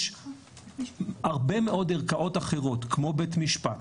יש הרבה מאוד ערכאות אחרות כמו בית המשפט,